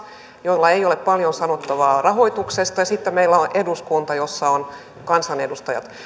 joilla ei ole paljon sanottavaa rahoituksesta ja sitten meillä on eduskunta jossa on kansanedustajat